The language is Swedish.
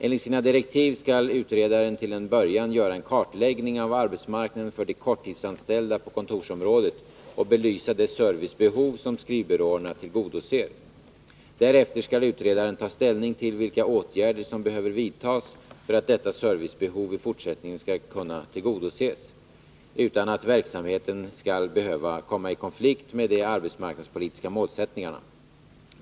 Enligt sina direktiv skall utredaren till en början göra en kartläggning av arbetsmarknaden för de korttidsanställda på kontorsområdet och belysa det servicebehov som skrivbyråerna tillgodoser. Därefter skall utredaren ta ställning till vilka åtgärder som behöver vidtas för att detta servicebehov i fortsättningen skall kunna tillgodoses, utan att verksamheten skall behöva komma i konflikt med de arbetsmarknadspolitiska målsättningarna.